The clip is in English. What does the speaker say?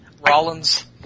Rollins